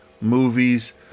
movies